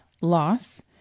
loss